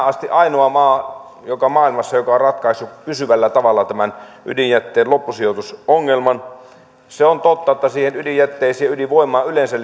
asti ainoa maa maailmassa joka on ratkaissut pysyvällä tavalla tämän ydinjätteen loppusijoitusongelman se on totta että siihen ydinjätteeseen ja ydinvoimaan yleensä